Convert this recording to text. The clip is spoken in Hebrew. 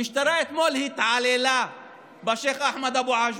המשטרה אתמול התעללה בשייח' אחמד אבו עג'ווה,